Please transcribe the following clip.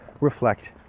reflect